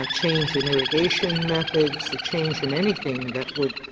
ah change in irrigation methods, the change in anything that would